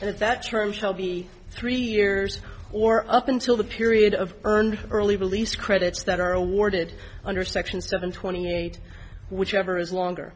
and that term shall be three years or up until the period of earned early release credits that are awarded under section seven twenty eight whichever is longer